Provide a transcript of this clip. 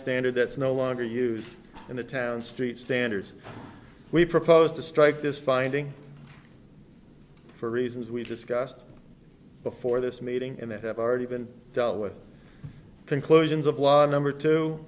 standard that's no longer used in a town street standards we proposed to strike this finding for reasons we discussed before this meeting and that have already been dealt with conclusions of law number